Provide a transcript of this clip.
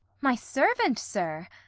my servant, sir!